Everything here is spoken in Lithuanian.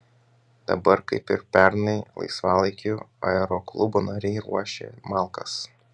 dabar kaip ir pernai laisvalaikiu aeroklubo nariai ruošia malkas